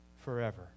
forever